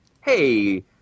hey